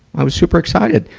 i was super excited.